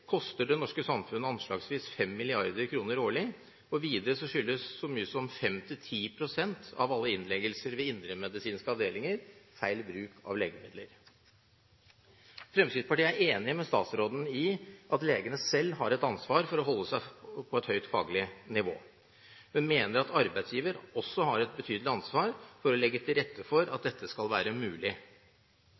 koster det norske samfunnet anslagsvis 5 mrd. kr årlig. Videre skyldes så mye som 5–10 pst. av alle innleggelser ved indremedisinske avdelinger feil bruk av legemidler. Fremskrittspartiet er enig med statsråden i at legene selv har et ansvar for å holde seg på et høyt faglig nivå, men mener at arbeidsgiver også har et betydelig ansvar for å legge til rette for at dette skal være mulig.